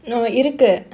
no இருக்கு:irukku